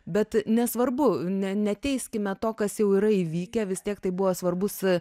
bet nesvarbu ne neteiskime to kas jau yra įvykę vis tiek tai buvo svarbus